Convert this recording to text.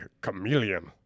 chameleon